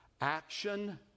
Action